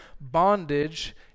bondage